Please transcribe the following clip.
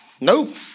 nope